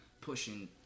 pushing